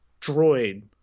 droid